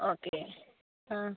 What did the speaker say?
okay ആ